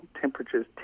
temperatures